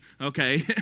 okay